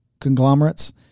conglomerates